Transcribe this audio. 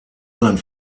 sein